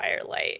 firelight